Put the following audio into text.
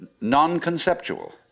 non-conceptual